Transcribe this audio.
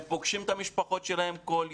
הם פוגשים את המשפחות שלהם כל יום.